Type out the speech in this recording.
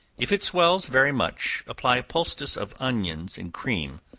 if it swells very much, apply a poultice of onions and cream,